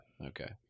Okay